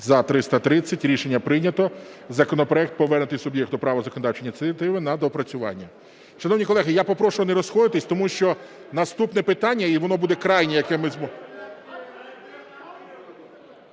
За-330 Рішення прийнято. Законопроект повернено суб'єкту права законодавчої ініціативи на доопрацювання. Шановні колеги, я попрошу не розходитися, тому що наступне питання, і воно буде крайнє, яке ми… (Шум